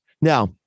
Now